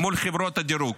מול חברות הדירוג.